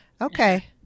Okay